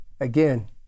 Again